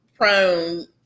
prone